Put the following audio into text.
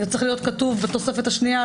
צריך להיות כתוב בתוספת השנייה,